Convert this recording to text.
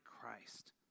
Christ